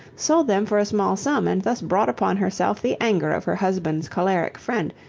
sold them for a small sum and thus brought upon herself the anger of her husband's choleric friend,